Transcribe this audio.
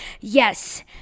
Yes